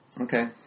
Okay